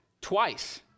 twice